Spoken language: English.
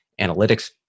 analytics